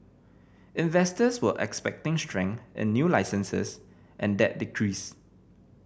investors were expecting strength in new licences and that decreased